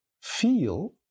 feel